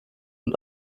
und